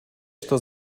что